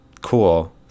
cool